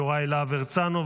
יוראי להב הרצנו,